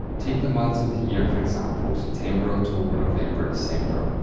take the months of the year, for example september, october, november, and december.